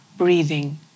Breathing